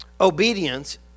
Obedience